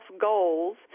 goals